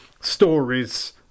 stories